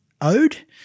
owed